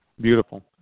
Beautiful